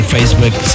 Facebook